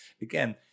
Again